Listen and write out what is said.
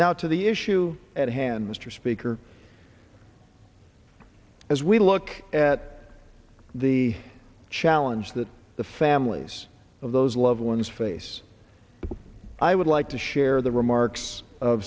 now to the issue at hand mr speaker as we look at the challenge that the families of those loved ones face but i would like to share the remarks of